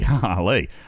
Golly